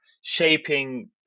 shaping